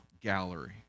Gallery